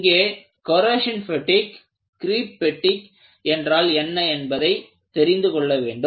இங்கே corrosion fatigue creep fatigue என்றால் என்ன என்பதை தெரிந்து கொள்ள வேண்டும்